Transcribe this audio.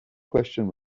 question